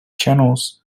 channels